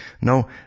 No